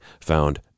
found